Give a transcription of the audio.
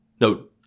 no